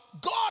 God